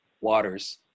waters